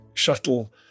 Shuttle